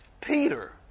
Peter